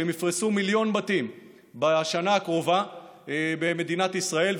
שהם יפרסו למיליון בתים בשנה הקרובה במדינת ישראל,